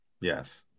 yes